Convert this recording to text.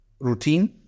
routine